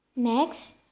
Next